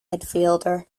midfielder